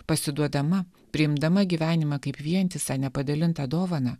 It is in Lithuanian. pasiduodama priimdama gyvenimą kaip vientisą nepadalintą dovaną